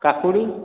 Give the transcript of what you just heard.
କାକୁଡି